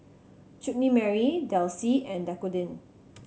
Chutney Mary Delsey and Dequadin